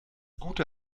gute